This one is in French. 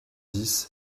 dix